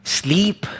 sleep